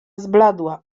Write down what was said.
zbladła